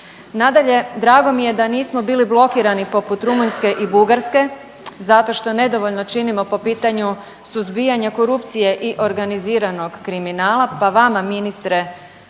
Nadalje, drago mi je da nismo bili blokirani poput Rumunjske i Bugarske zato što nedovoljno činimo po pitanju suzbijanja korupcije i organiziranog kriminala pa vama, ministre,